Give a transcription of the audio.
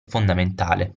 fondamentale